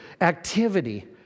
activity